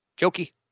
Jokey